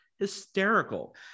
hysterical